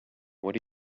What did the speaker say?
what